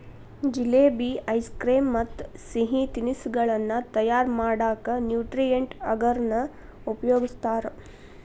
jalebi, ice cream ಮತ್ತ್ ಸಿಹಿ ತಿನಿಸಗಳನ್ನ ತಯಾರ್ ಮಾಡಕ್ ನ್ಯೂಟ್ರಿಯೆಂಟ್ ಅಗರ್ ನ ಉಪಯೋಗಸ್ತಾರ